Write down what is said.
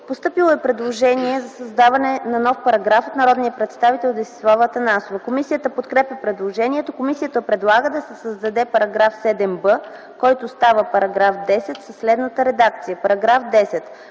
Постъпило е предложение за създаване на нов параграф от народния представител Десислава Атанасова. Комисията подкрепя предложението. Комисията предлага да се създаде § 7б, който става § 10, със следната редакция: „§ 10.